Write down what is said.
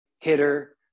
hitter